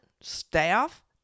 staff